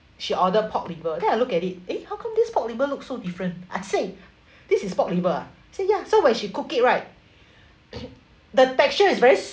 she order pork liver then I look at it eh how come this pork liver looks so different I say this is pork liver ah say ya so when she cook it right the texture is very